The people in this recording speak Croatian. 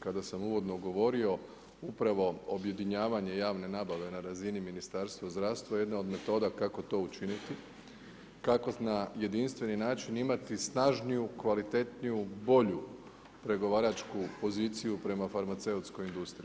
Kada sam uvodno govorio upravo o objedinjavanju javne nabave na razini Ministarstva zdravstva, jedna od metoda kako to učiniti, kako na jedinstveni način imati snažniju, kvalitetniju, bolju pregovaračku poziciju prema farmaceutskoj industriji.